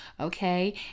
Okay